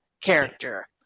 character